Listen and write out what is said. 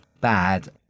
bad